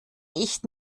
ich